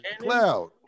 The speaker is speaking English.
cloud